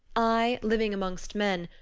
i, living amongst men,